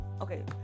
okay